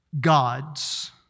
gods